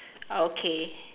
okay